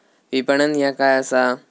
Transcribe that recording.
विपणन ह्या काय असा?